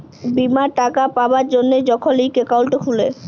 বীমার টাকা পাবার জ্যনহে যখল ইক একাউল্ট খুলে